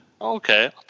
Okay